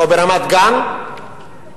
או ברמת-גן,